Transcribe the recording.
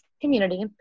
community